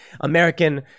American